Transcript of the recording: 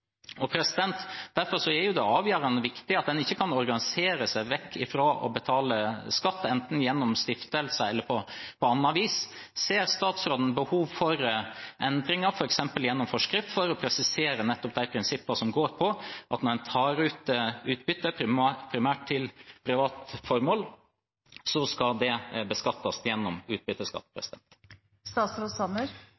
Derfor er det avgjørende viktig at en ikke kan organisere seg vekk fra å betale skatt, enten gjennom stiftelser eller på annet vis. Ser statsråden behov for endringer, f.eks. gjennom forskrift, for å presisere nettopp de prinsippene som går på at når en tar ut utbytte, primært til private formål, skal det beskattes gjennom utbytteskatt?